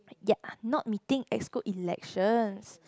ya not meeting exclude election